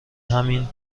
همین